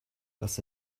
dass